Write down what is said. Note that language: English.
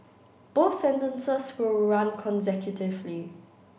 both sentences will run consecutively